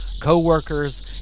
co-workers